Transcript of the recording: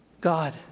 God